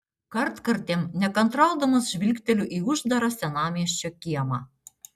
kartkartėm nekantraudamas žvilgteliu į uždarą senamiesčio kiemą